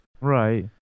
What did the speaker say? Right